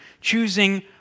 choosing